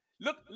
Look